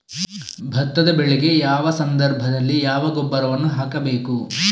ಭತ್ತದ ಬೆಳೆಗೆ ಯಾವ ಸಂದರ್ಭದಲ್ಲಿ ಯಾವ ಗೊಬ್ಬರವನ್ನು ಹಾಕಬೇಕು?